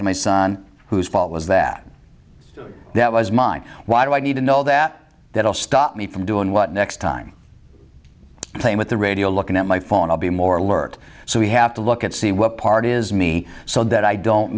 back my son whose fault was that that was mine why do i need to know that that will stop me from doing what next time playing with the radio looking at my phone i'll be more alert so we have to look at see what part is me so that i don't